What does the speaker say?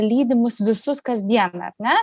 lydi mus visus kasdien ar ne